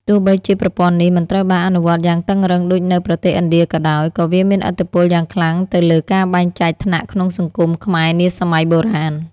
ទោះបីជាប្រព័ន្ធនេះមិនត្រូវបានអនុវត្តយ៉ាងតឹងរ៉ឹងដូចនៅប្រទេសឥណ្ឌាក៏ដោយ ក៏វាមានឥទ្ធិពលយ៉ាងខ្លាំងទៅលើការបែងចែកថ្នាក់ក្នុងសង្គមខ្មែរនាសម័យបុរាណ។